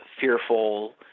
fearful